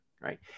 right